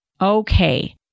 Okay